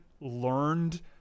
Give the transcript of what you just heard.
learned